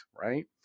Right